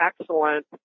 excellent